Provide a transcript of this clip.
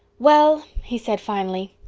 well, he said finally,